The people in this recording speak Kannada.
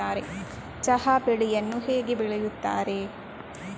ಚಹಾ ಬೆಳೆಯನ್ನು ಹೇಗೆ ಬೆಳೆಯುತ್ತಾರೆ?